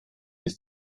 ist